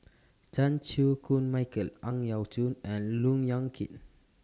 Chan Chew Koon Michael Ang Yau Choon and Look Yan Kit